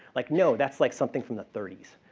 like no, that's like something from the thirty s,